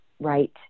right